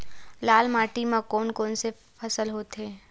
लाल माटी म कोन कौन से फसल होथे?